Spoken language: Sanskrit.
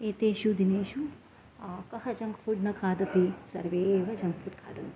एतेषु दिनेषु कः जङ्क् फ़ुड् न खादति सर्वे एव जङ्क् फ़ुड् खादन्ति